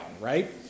right